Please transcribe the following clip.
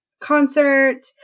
concert